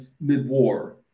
mid-war